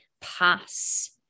pass